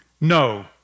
No